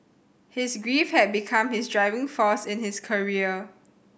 his grief had become his driving force in his career